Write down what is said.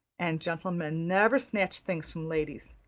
and gentlemen never snatch things from ladies.